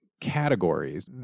categories